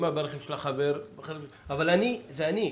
אבל זה אני,